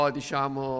diciamo